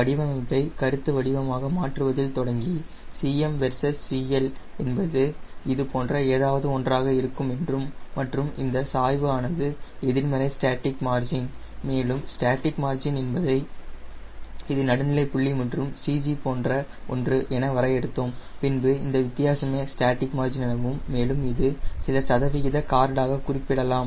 வடிவமைப்பை கருத்து வடிவமாக மாற்றுவதில் தொடங்கி Cm வெர்சஸ் CL என்பது இது போன்ற ஏதாவது ஒன்றாக இருக்கும் என்றும் மற்றும் இந்த சாய்வு ஆனது எதிர்மறை ஸ்டேட்டிக் மார்ஜின் மேலும் ஸ்டாடிக் மார்ஜின் என்பதை இது நடுநிலைப் புள்ளி மற்றும் CG போன்ற ஒன்று என வரையறுத்தோம் பின்பு இந்த வித்தியாசமே ஸ்டாடிக் மார்ஜின் எனவும் மேலும் இது சில சதவிகித கார்டு ஆக குறிப்பிடலாம்